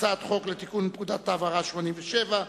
הצעת חוק לתיקון פקודת התעבורה (מס' 86),